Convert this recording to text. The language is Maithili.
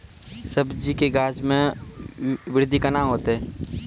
सब्जी के गाछ मे बृद्धि कैना होतै?